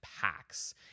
packs